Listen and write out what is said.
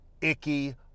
icky